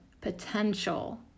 potential